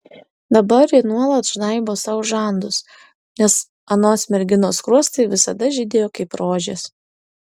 dabar ji nuolat žnaibo sau žandus nes anos merginos skruostai visada žydėjo kaip rožės